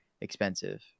expensive